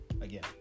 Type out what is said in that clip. Again